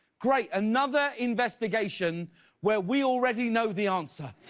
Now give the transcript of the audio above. great, another investigation where we already know the answer.